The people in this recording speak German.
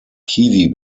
kiwi